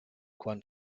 quan